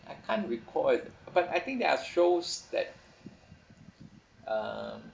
I can't recall it but I think there are shows that um